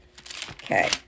Okay